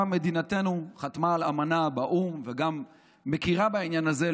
גם מדינתנו חתמה על אמנה באו"ם ומכירה בעניין הזה,